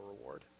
reward